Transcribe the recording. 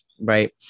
Right